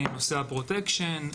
נושא הפרוטקשן,